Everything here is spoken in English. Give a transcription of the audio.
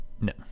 No